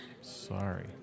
Sorry